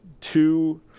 two